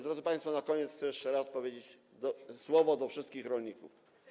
Drodzy państwo, na koniec chcę jeszcze raz powiedzieć słowo do wszystkich rolników.